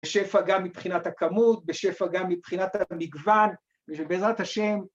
בשפע גם מבחינת הכמות, בשפע גם מבחינת המגוון ובעזרת השם